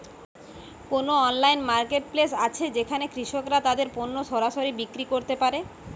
কোন online marketplace আছে যেখানে কৃষকরা তাদের পণ্য সরাসরি বিক্রি করতে পারে?